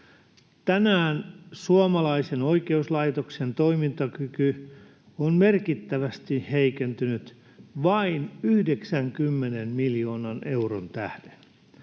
Tänään suomalaisen oikeuslaitoksen toimintakyky on merkittävästi heikentynyt vain 90 miljoonan euron tähden.